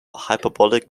hyperbolic